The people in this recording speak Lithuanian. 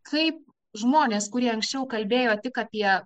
kaip žmonės kurie anksčiau kalbėjo tik apie